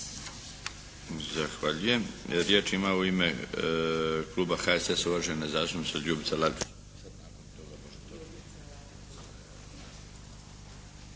Zahvaljujem. Riječ ima u ime kluba HSS-a uvažena zastupnica Ljubica Lalić.